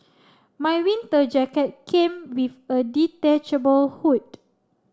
my winter jacket came with a detachable hood